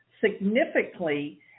significantly